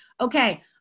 Okay